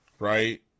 right